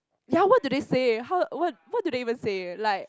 ya what do they say how what what do they even say like